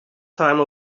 time